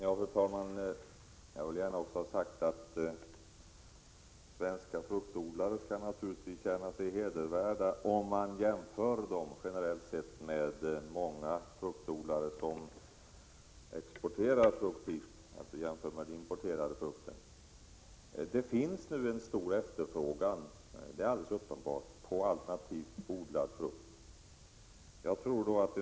Fru talman! Jag vill också gärna säga att svenska fruktodlare naturligtvis skall känna sig hedervärda jämförda med många fruktodlare som exporterar frukt hit. Det finns uppenbarligen en stor efterfrågan på alternativt odlad frukt.